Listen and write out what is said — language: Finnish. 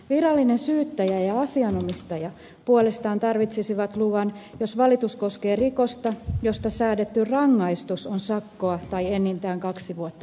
virallinen syyttäjä ja asianomistaja puolestaan tarvitsisivat luvan jos valitus koskee rikosta josta säädetty rangaistus on sakkoa tai enintään kaksi vuotta vankeutta